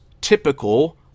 typical